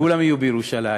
כולם יהיו בירושלים.